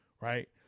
right